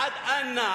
עד אנה?